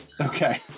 Okay